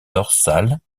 dorsales